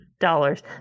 dollars